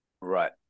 right